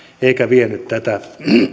eikä vienyt tätä